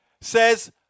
says